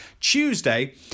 Tuesday